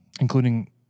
including